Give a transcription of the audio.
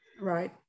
Right